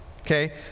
okay